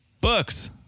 books